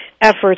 efforts